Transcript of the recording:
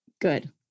Good